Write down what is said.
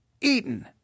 eaten